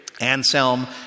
Anselm